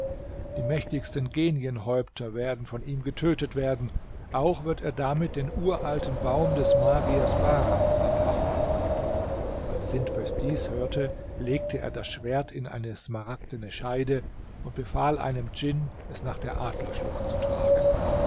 die mächtigsten genienhäupter werden von ihm getötet werden auch wird er damit den uralten baum des magiers bahram abhauen als sintbest dies hörte legte er das schwert in eine smaragdene scheide und befahl einem djinn es nach der adlerschlucht zu tragen